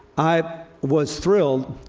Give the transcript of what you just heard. i was thrilled,